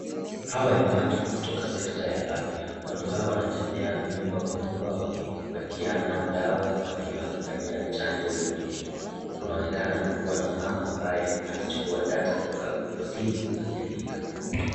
Hawa ni watu kutoka sekta ya afya. Watu hawa wanatembea nyumba kwa nyumba wakipatiana dawa, na wengine wakifanyia chanjo watoto. Kunaonekana kuwa na mama ambaye anachukua (cs) data(cs) kutoka kwa simu akiandika.